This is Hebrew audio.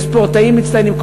הם ספורטאים מצטיינים,